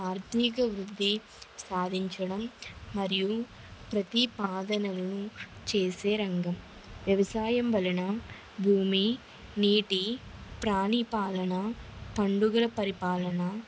ఆర్థికవృద్ధి సాధించడం మరియు ప్రతీపాదనను చేసే రంగం వ్యవసాయం వలన భూమి నీటి ప్రాణి పాలన పండుగల పరిపాలన